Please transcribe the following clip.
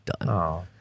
done